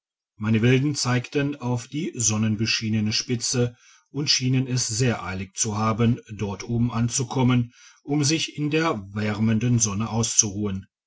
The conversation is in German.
meine wilden zeigten auf die sonnenbeschienene spitze und schienen es sehr eilig zu haben dort oben anzukommen um sich in der wärmenden sonne auszuruhen